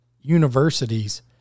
universities